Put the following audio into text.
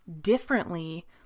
differently